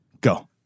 go